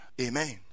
Amen